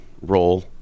role